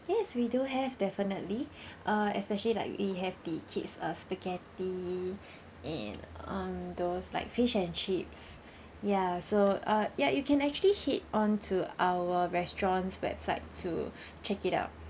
yes we do have definitely uh especially like we have the kid's uh spaghetti and um those like fish and chips ya so uh ya you can actually hit onto our restaurant's website to check it out